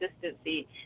consistency